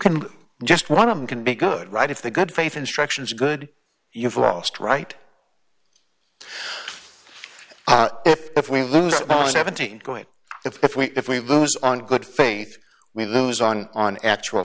can just one of them can be good right if the good faith instructions good you've lost right if we lose seventeen going if we if we lose on good faith we lose on on actual